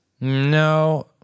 No